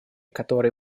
который